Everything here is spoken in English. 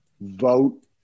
vote